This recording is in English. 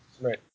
Right